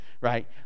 right